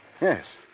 Yes